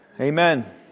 Amen